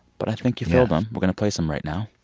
but i think you filled them. we're going to play some right now